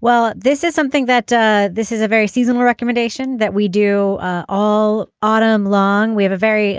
well this is something that that this is a very seasonal recommendation that we do all autumn long. we have a very